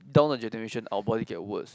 down the generation our body get worse